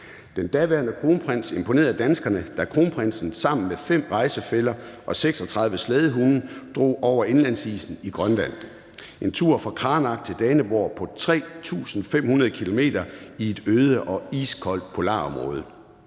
Den daværende kronprins imponerede danskerne, da kronprinsen sammen med 5 rejsefæller og 36 slædehunde drog over indlandsisen i Grønland, en tur fra Qaanaaq til Daneborg på 3.500 km i et øde og iskoldt polarområde.